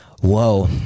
whoa